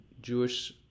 Jewish